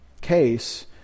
case